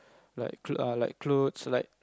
like like clothes like